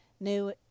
new